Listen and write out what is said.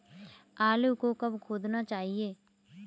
आलू को कब खोदना चाहिए?